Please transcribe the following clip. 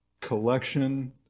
collection